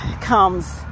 comes